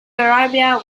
arabia